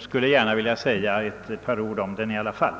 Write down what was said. skulle vilja säga ett par ord om den i alla fall.